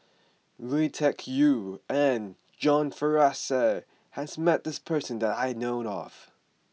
Lui Tuck Yew and John Fraser has met this person that I know of